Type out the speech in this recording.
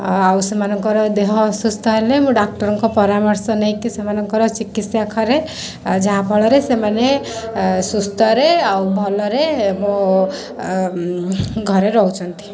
ଆଉ ସେମାନଙ୍କ ଦେହ ଅସୁସ୍ଥ ହେଲେ ମୁଁ ଡାକ୍ଟରଙ୍କ ପରାମର୍ଶ ନେଇକି ସେମାନଙ୍କ ଚିକତ୍ସା କରେ ଯାହାଫଳରେ ସେମାନେ ସୁସ୍ଥରେ ଭଲରେ ଘରେ ରହୁଛନ୍ତି